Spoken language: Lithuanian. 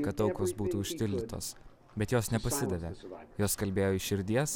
kad aukos būtų užtildytos bet jos nepasidavė jos kalbėjo iš širdies